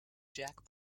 jack